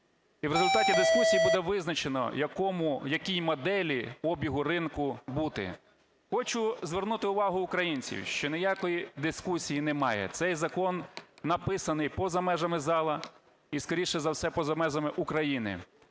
і в результаті дискусії буде визначено, якій моделі обігу ринку бути. Хочу звернути увагу українців, що ніякої дискусії немає. Цей закон написаний поза межами зали і, скоріше за все, поза межами України.